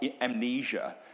amnesia